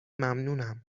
ممنونم